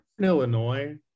illinois